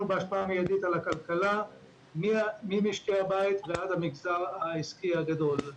בהשפעה מיידית על הכלכלה ממשקי הבית ועד המגזר העסקי הגדול.